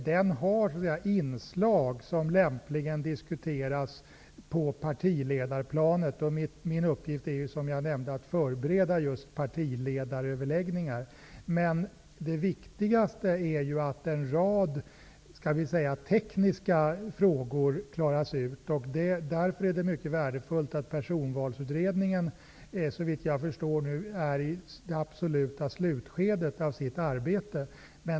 Den frågan har inslag som lämpligen diskuteras på partiledarplanet. Min uppgift är ju, som jag tidigare nämnde, att förbereda just partiledaröverläggningar. Det viktigaste är att en rad tekniska frågor klaras ut. Det är därför mycket värdefullt att Personvalsutredningen, såvitt jag förstår, nu är i det absoluta slutskedet av sitt arbete.